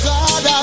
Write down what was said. God